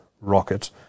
rocket